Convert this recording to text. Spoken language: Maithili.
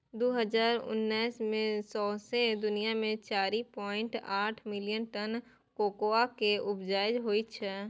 दु हजार उन्नैस मे सौंसे दुनियाँ मे चारि पाइंट आठ मिलियन टन कोकोआ केँ उपजा होइ छै